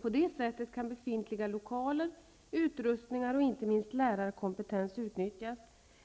På detta sätt kan befintliga lokaler, utrustningar och inte minst lärarkompetens utnyttjas.